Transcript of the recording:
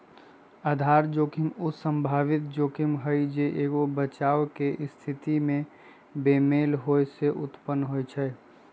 आधार जोखिम उ संभावित जोखिम हइ जे एगो बचाव के स्थिति में बेमेल होय से उत्पन्न होइ छइ